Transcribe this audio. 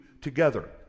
together